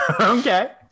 Okay